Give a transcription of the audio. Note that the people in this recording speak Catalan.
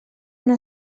una